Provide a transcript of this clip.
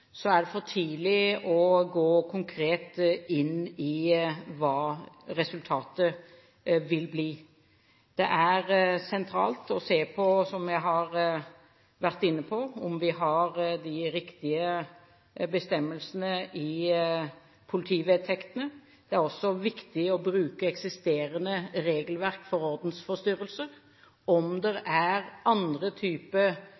så er det for tidlig å gå konkret inn i hva resultatet vil bli. Det er sentralt å se på, som jeg har vært inne på, om vi har de riktige bestemmelsene i politivedtektene. Det er også viktig å bruke eksisterende regelverk for ordensforstyrrelser. Om